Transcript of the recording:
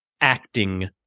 acting